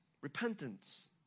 Repentance